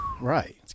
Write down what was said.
right